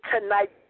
tonight